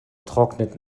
trocknet